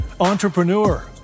entrepreneur